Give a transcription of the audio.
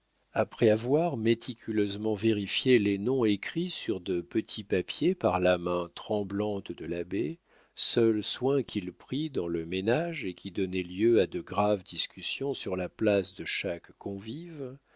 après avoir méticuleusement vérifié les noms écrits sur de petits papiers par la main tremblante de l'abbé seul soin qu'il prît dans le ménage et qui donnait lieu à de graves discussions sur la place de chaque convive